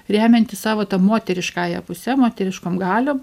remiantis savo ta moteriškąja puse moteriškom galiom